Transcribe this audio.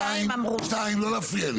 שתיים לא להפריע לי,